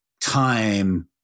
time